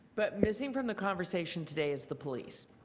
but missing from the conversation today is the police